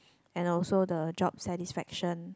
and also the job satisfaction